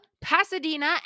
Pasadena